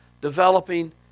developing